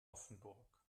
offenburg